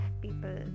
people